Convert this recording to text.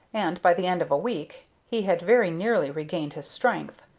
and, by the end of a week, he had very nearly regained his strength.